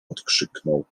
odkrzyknął